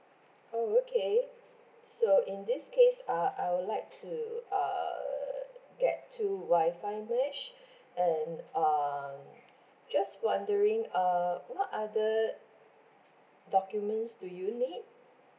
oh okay so in this case uh I would like to err get two wifi mesh and um just wondering uh what are the documents do you need